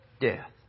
death